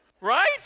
right